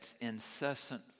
incessant